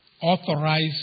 authorized